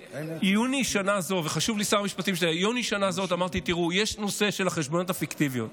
ביוני בשנה זו אמרתי: יש את הנושא של החשבוניות הפיקטיביות.